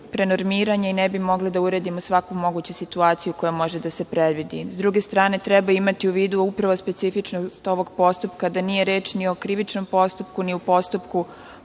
prenormiranja i ne bi mogli da uredimo svaku moguću situaciju koja može da se predvidi.S druge strane, treba imati u vidu upravo specifičnost ovog postupka, da nije reč ni o krivičnom postupku, ni u postupku